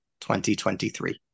2023